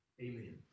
Amen